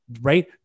right